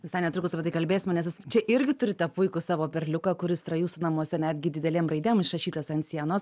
visai netrukus apie tai kalbėsime nes čia irgi turite puikų savo perliuką kuris yra jūsų namuose netgi didelėm raidėm išrašytas ant sienos